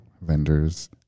vendors